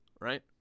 Right